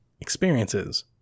experiences